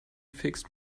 fixed